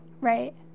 Right